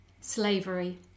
slavery